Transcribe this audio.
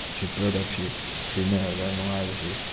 ꯁꯤ ꯄ꯭ꯔꯗꯛꯁꯤ ꯁꯤꯖꯤꯟꯅꯔꯒ ꯅꯨꯡꯉꯥꯏꯕꯁꯤ